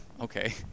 okay